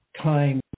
time